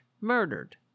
murdered